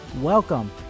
Welcome